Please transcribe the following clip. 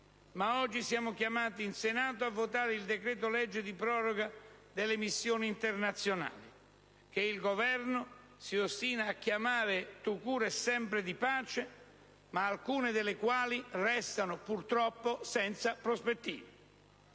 Ma oggi siamo chiamati in Senato a votare il decreto-legge di proroga delle missioni internazionali, che il Governo si ostina a chiamare *tout court* e sempre di pace, ma alcune delle quali restano purtroppo senza prospettive.